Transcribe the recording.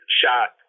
shot